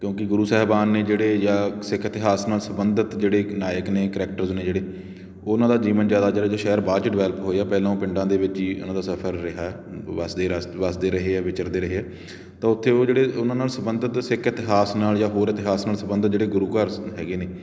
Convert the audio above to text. ਕਿਉਂਕਿ ਗੁਰੂ ਸਾਹਿਬਾਨ ਨੇ ਜਿਹੜੇ ਜਾਂ ਸਿੱਖ ਇਤਿਹਾਸ ਨਾਲ ਸੰਬੰਧਿਤ ਜਿਹੜੇ ਨਾਇਕ ਨੇ ਕਰੈਕਟਰਸ ਨੇ ਜਿਹੜੇ ਉਨ੍ਹਾਂ ਦਾ ਜੀਵਨ ਜ਼ਿਆਦਾ ਸ਼ਹਿਰ ਬਾਅਦ ਚੋਂ ਡਵੈੱਲਪ ਹੋਏ ਆ ਪਹਿਲਾਂ ਉਹ ਪਿੰਡਾਂ ਦੇ ਵਿੱਚ ਹੀ ਉਨ੍ਹਾਂ ਦਾ ਸਫ਼ਰ ਰਿਹਾ ਵੱਸਦੇ ਵੱਸਦੇ ਰਹੇ ਆ ਵਿਚਰਦੇ ਰਹੇ ਆ ਤਾਂ ਉੱਥੇ ਉਹ ਜਿਹੜੇ ਉਨ੍ਹਾਂ ਨਾਲ ਸੰਬੰਧਿਤ ਸਿੱਖ ਇਤਿਹਾਸ ਨਾਲ ਜਾਂ ਹੋਰ ਇਤਿਹਾਸ ਨਾਲ ਸੰਬੰਧਿਤ ਜਿਹੜੇ ਗੁਰੂ ਘਰ ਹੈਗੇ ਨੇ